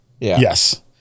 Yes